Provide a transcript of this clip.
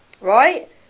Right